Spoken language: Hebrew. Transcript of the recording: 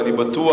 ואני בטוח,